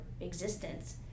existence